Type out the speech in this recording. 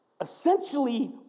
essentially